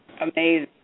amazing